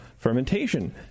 fermentation